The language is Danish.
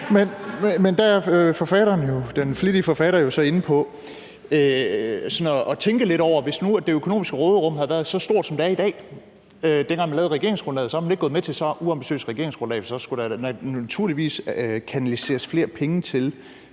Men der er den flittige forfatter jo så inde på sådan at tænke lidt over, at hvis nu det økologiske råderum havde været så stort, som det er i dag, dengang man lavede regeringsgrundlaget, var man ikke gået med til så uambitiøst et regeringsgrundlag, og at så skulle der naturligvis kanaliseres flere penge til